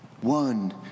One